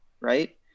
right